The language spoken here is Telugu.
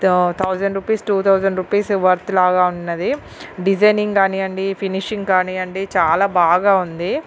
తౌ thousand rupees two thousand rupees worth లాగా ఉన్నది డిజైనింగ్ కానీ నివ్వండి ఫినిషింగ్ కాని నీవ్వండి చాలా బాగా ఉంది